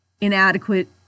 inadequate